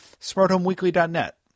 SmartHomeWeekly.net